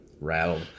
rattled